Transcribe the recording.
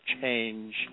change